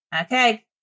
okay